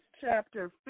chapter